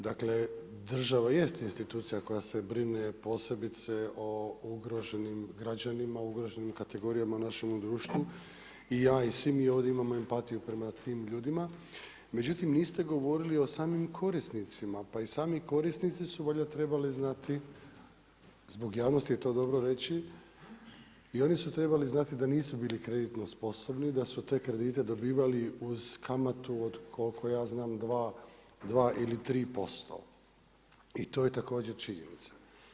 Dakle, država jest institucija koja se brine posebice o ugroženim građanima, ugroženim kategorijama u našem društvu, i ja i svi mi imamo ovdje empatiju prema tim ljudima, međutim niste govorili o samim korisnicima, pa i samo korisnici su vajda trebali znati zbog javnosti je to dobro reći, i oni su trebali znati da nisu bili kreditno sposobni, da su te kredite dobivali uz kamatu od koliko ja znam, 2 ili 3% i to je također činjenica.